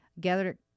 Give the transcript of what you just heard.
gathered